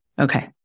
Okay